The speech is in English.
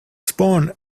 spawn